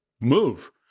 move